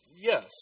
Yes